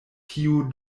tiu